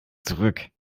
zurück